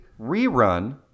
rerun